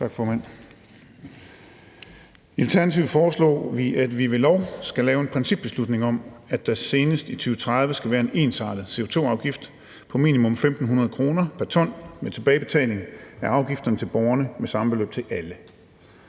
I Alternativet foreslår vi, at man ved lov skal lave en principbeslutning om, at der senest i 2030 skal være en ensartet CO2-afgift på minimum 1.500 kr. pr. ton med tilbagebetaling af afgifterne til borgerne med det samme beløb til alle.